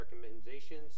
recommendations